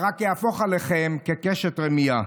זה רק יהפוך עליהם כקשת רמייה.